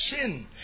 sin